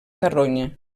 carronya